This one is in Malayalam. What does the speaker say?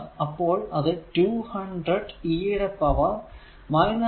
അപ്പോൾ അത് 200 e യുടെ പവർ 100 t ആണ്